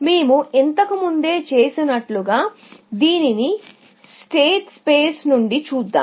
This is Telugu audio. మేము ఇంతకుముందు చేసినట్లుగా దీనిని స్టేట్ స్పేస్ నుండి చూద్దాం